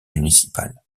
municipal